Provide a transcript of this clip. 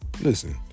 listen